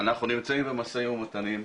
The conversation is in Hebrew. אנחנו נמצאים במשאים ומתנים.